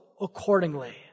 accordingly